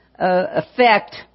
effect